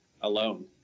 alone